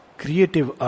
creative